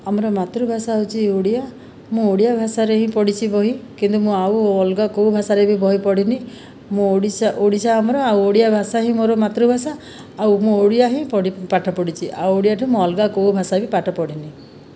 ଆମର ମାତୃଭାଷା ହେଉଛି ଓଡ଼ିଆ ମୁଁ ଓଡ଼ିଆ ଭାଷାରେ ହିଁ ପଢ଼ିଛି ବହି କିନ୍ତୁ ମୁଁ ଆଉ ଅଲଗା କେଉଁ ଭାଷାରେ ବି ବହି ପଢ଼ିନାହିଁ ମୁଁ ଓଡ଼ିଶା ଓଡ଼ିଶା ଆମର ଆଉ ଓଡ଼ିଆ ଭାଷା ହିଁ ମୋର ମାତୃଭାଷା ଆଉ ମୁଁ ଓଡ଼ିଆ ହିଁ ପାଠ ପଢ଼ିଛି ଆଉ ଓଡ଼ିଆଠୁ ମୁଁ ଅଲଗା କେଉଁ ଭାଷା ବି ପାଠ ପଢ଼ିନାହିଁ